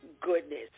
goodness